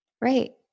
Right